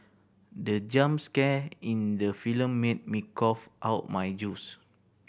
the jump scare in the film made me cough out my juice